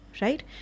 Right